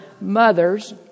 mothers